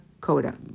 Coda